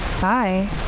Bye